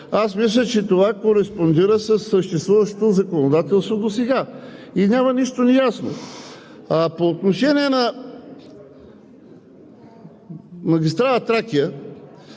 Аз мисля, че това кореспондира със съществуващото законодателство досега. И няма нищо неясно. По отношение на магистрала „Тракия“.